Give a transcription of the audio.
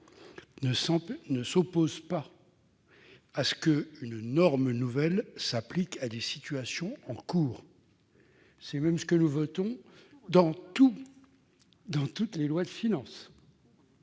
ne s'oppose pas à ce qu'une norme nouvelle s'applique à des situations en cours. C'est même ce que nous votons chaque année en loi de finances.